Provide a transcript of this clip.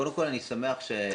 קודם כל אני שמח שאני